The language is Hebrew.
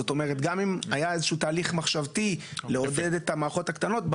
זאת אומרת שגם אם היה איזשהו תהליך מחשבתי לעודד את המערכות הקטנות,